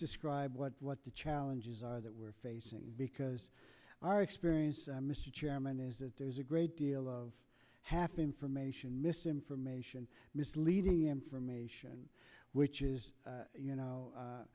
describe what what the challenges are that we're facing because our experience mr chairman is that there's a great deal of half information misinformation misleading information which is